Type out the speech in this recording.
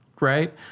right